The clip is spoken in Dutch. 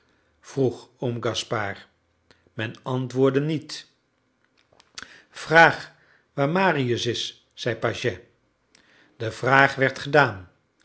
vroeg oom gaspard men antwoordde niet vraag waar marius is zeide pagès de vraag werd gedaan